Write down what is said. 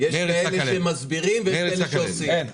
יש כאלה שמסבירים ויש כאלה שעושים.